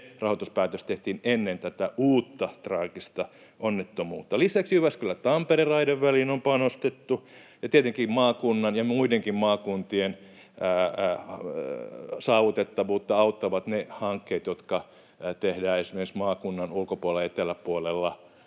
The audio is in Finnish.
rahoituspäätös tehtiin ennen tätä uutta traagista onnettomuutta. Lisäksi Jyväskylä—Tampere-raideväliin on panostettu, ja tietenkin maakunnan ja muidenkin maakuntien saavutettavuutta auttavat ne hankkeet, jotka tehdään esimerkiksi maakunnan ulkopuolella, eteläpuolella,